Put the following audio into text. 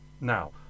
Now